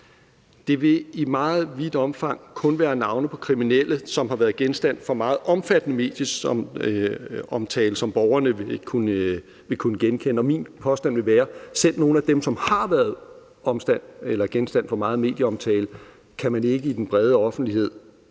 Det vil i meget vidt omfang kun være navne på kriminelle, som har været genstand for meget omfattende medieomtale, som borgerne vil kunne genkende. Og min påstand vil være, at selv nogle af dem, der har været genstand for megen medieomtale, kan man ikke i den brede offentlighed,